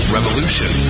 Revolution